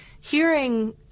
hearing